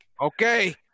Okay